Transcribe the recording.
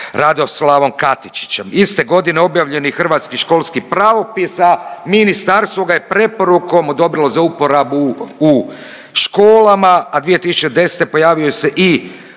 Radoslavom Katičićem. Iste godine objavljen je i Hrvatski školski pravopis, a ministarstvo ga je preporukom odobrilo za uporabu u školama, a 2010. pojavio se i